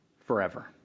forever